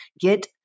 Get